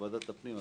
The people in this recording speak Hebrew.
בוועדת הפנים,